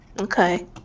Okay